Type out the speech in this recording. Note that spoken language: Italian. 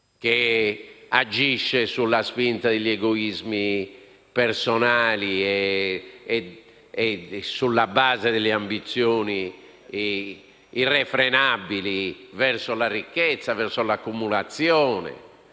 chi agisce sulla spinta degli egoismi personali e sulla base delle ambizioni irrefrenabili verso la ricchezza, verso l'accumulazione,